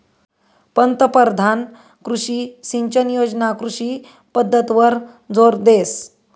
पंतपरधान कृषी सिंचन योजना कृषी पद्धतवर जोर देस